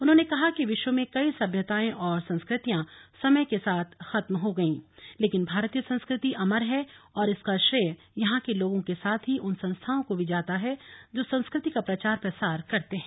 उन्होंने कहा कि विश्व में कई सभ्यताएं और संस्कृतियां समय के साथ खत्म हो गईं लेकिन भारतीय संस्कृति अमर है और इसका श्रेय यहां के लोगों के साथ ही उन संस्थाओं को भी जाता है जो संस्कृति का प्रचार प्रसार करते हैं